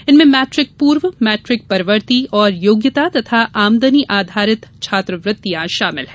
इनमें मैट्रिक पूर्व मैट्रिक परवर्ती और योग्यता तथा आमदनी आधारित छात्रवृत्तियां शामिल हैं